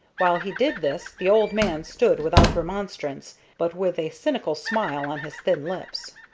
while he did this the old man stood without remonstrance, but with a cynical smile on his thin lips.